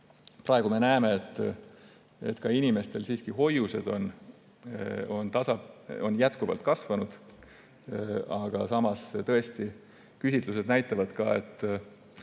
Praegu me näeme, et inimestel on siiski ka hoiused jätkuvalt kasvanud. Samas tõesti küsitlused näitavad, et